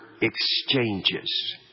exchanges